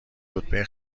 رتبه